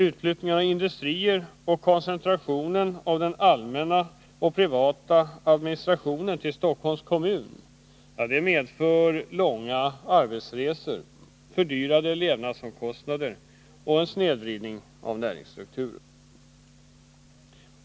Utflyttningen av industrier och koncentrationen av allmän och privat administration till Stockholms kommun medför långa arbetsresor, ökade levnadsomkostnader och en snedvridning av näringsstrukturen.